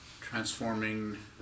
Transforming